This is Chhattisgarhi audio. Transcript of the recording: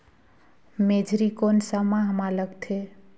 मेझरी कोन सा माह मां लगथे